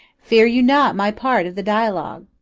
fear you not my part of the dialogue.